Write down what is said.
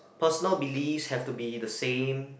personal beliefs have to be the same